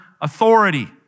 authority